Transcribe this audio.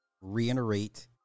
reiterate